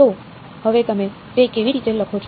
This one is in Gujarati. તો હવે તમે તે કેવી રીતે લખો છો